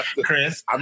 Chris